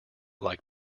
like